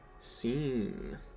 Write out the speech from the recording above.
Scene